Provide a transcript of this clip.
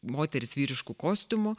moteris vyrišku kostiumu